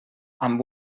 amb